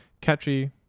catchy